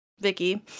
Vicky